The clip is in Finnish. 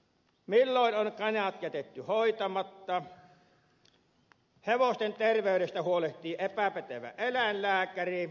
milloin on kanat jätetty hoitamatta milloin hevosten terveydestä huolehtii epäpätevä eläinlääkäri